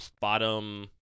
bottom